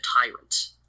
tyrant